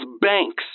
banks